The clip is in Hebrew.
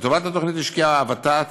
לטובת התוכנית השקיעה הוות"ת